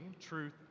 truth